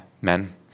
men